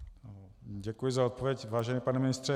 Děkuji za odpověď, vážený pane ministře.